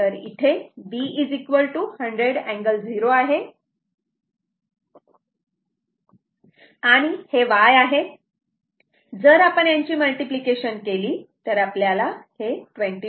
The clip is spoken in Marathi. तर इथे b 100 अँगल 0 आहे आणि हे Y आहे जर आपण यांची मल्टिप्लिकेशन केली तर आपल्याला हे 22